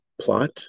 plot